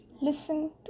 listen